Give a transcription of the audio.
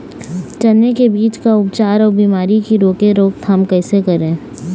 चने की बीज का उपचार अउ बीमारी की रोके रोकथाम कैसे करें?